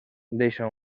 deixa